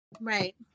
right